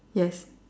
yes